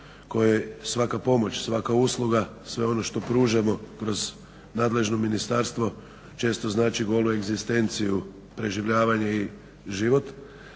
koje svaka pomoć, svaka usluga, sve ono što pružamo kroz nadležno ministarstvo često znači golu egzistenciju, preživljavanje i život,